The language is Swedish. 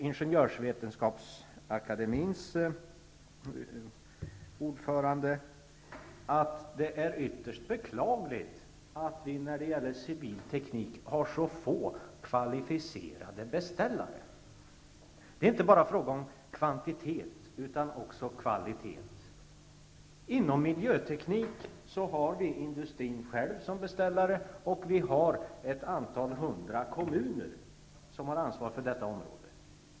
Ingenjörsvetenskapsakademiens ordförande, Hans G. Forsberg, sade då att det är ytterst beklagligt att vi när det gäller civil teknik har så få kvalificerade beställare. Det är inte bara fråga om kvantitet utan också om kvalitet. Inom miljötekniken är industrin själv beställare liksom några hundra kommuner som har ansvar för detta område.